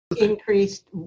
Increased